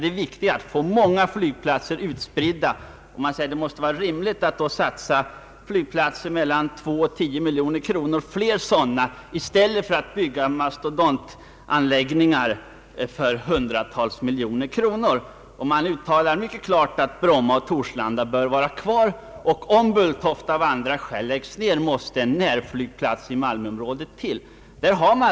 Det är viktigt att få många flygplatser, cch det måste då vara rimligt att satsa på ett stort antal flygplatser som kostar mellan 2 och 10 miljoner kronor i stället för mastodontanläggningar för hundratals miljoner kronor. Styrelsen uttalar mycket klart att Bromma och Torslanda bör finnas kvar och att, om Bulltofta av ett eller annat skäl läggs ner, en närflygplats måste byggas i Malmöområdet.